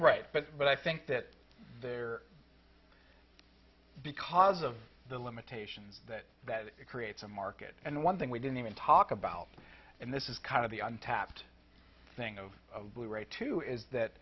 right but but i think that there because of the limitations that it creates a market and one thing we didn't even talk about and this is kind of the untapped thing of blue right too is that